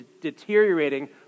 deteriorating